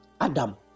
Adam